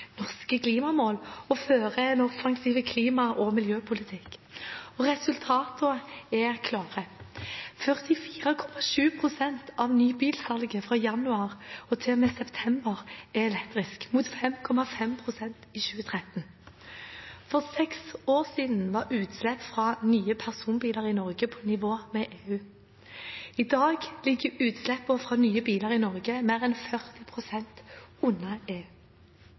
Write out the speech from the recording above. norske klimamål, og fører en offensiv klima- og miljøpolitikk. Resultatene er klare: 44,7 pst. av nybilsalget fra januar til og med september er elektrisk, mot 5,5 pst. i 2013. For seks år siden var utslipp fra nye personbiler i Norge på nivå med EU. I dag ligger utslippene fra nye biler i Norge mer enn 40 pst. under EU.